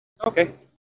Okay